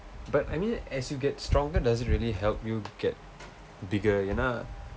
but I mean as you get stronger does it really help you get bigger ஏன் என்றால்:aen endraal